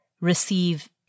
receive